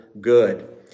good